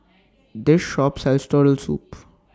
This Shop sells Turtle Soup